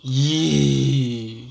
!ee!